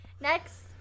Next